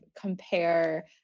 compare